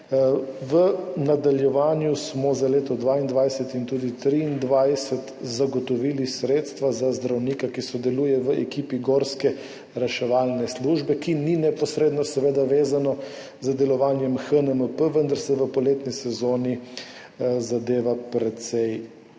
V nadaljevanju smo za leto 2022 in tudi 2023 zagotovili sredstva za zdravnika, ki sodeluje v ekipi gorske reševalne službe, ki seveda ni neposredno vezano z delovanjem HNMP, vendar se v poletni sezoni zadeva precej